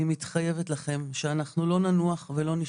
אני מתחייבת לכם שאנחנו לא ננוח ולא נשקוט,